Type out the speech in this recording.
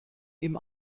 ihm